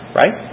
right